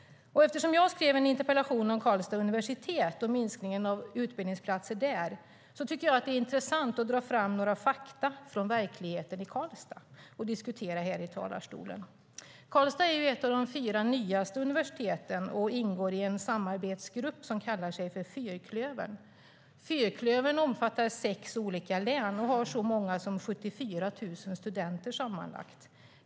Eftersom jag skrev en interpellation om Karlstads universitet och minskningen av utbildningsplatser där är det intressant att dra fram några fakta från verkligheten i Karlstad och diskutera här i talarstolen. Karlstads universitet är ett av de fyra nyaste universiteten och ingår i en samarbetsgrupp som kallar sig Fyrklövern. Fyrklövern omfattar sex län och har så många som 74 000 studenter sammanlagt.